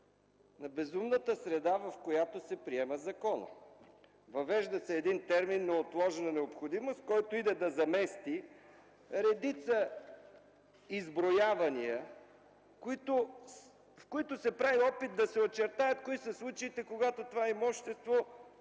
на безумната среда, в която се приема законът. Въвежда се един термин „неотложна необходимост”, който идва да замести редица изброявания, с които се прави опит да се очертаят кои са случаите, когато имуществото